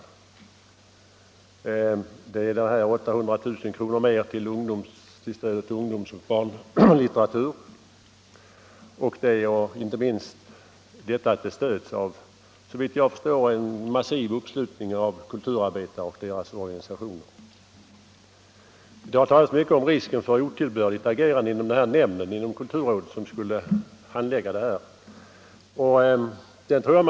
Reservanternas förslag ger vidare 800000 kr. mer i stöd till barnoch ungdomslitteratur, och det inte minst väsentliga är att deras förslag har en såvitt jag förstår massiv uppslutning från kulturarbetare och deras organisationer. Det har talats mycket om risken för otillbörligt agerande i den nämnd inom kulturrådet som skulle handlägga ersättningsfrågorna.